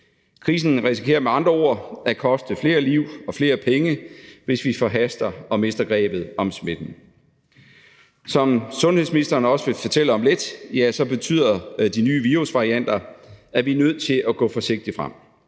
Krisen risikerer med andre ord at koste flere liv og flere penge, hvis vi forhaster det og mister grebet om smitten. Som sundhedsministeren også vil fortælle om lidt, betyder de nye virusvarianter, at vi er nødt til at gå forsigtigt frem.